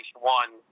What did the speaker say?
one